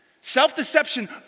Self-deception